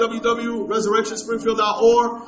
www.ResurrectionSpringfield.org